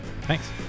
Thanks